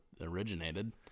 originated